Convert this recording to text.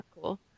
cool